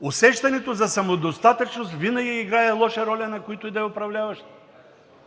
Усещането за самодостатъчност винаги играе лоша роля на които и да е управляващи!